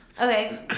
Okay